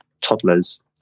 toddlers